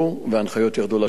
וההנחיות ירדו לשטח.